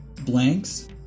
blanks